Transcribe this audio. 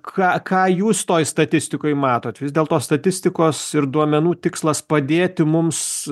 ką ką jūs toj statistikoj matot vis dėlto statistikos ir duomenų tikslas padėti mums